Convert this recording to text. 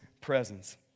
presence